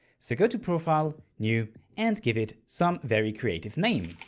so go to profile, new and give it some very creative name.